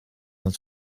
het